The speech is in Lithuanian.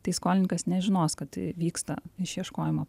tai skolininkas nežinos kad vyksta išieškojimo